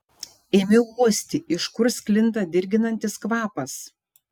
ėmiau uosti iš kur sklinda dirginantis kvapas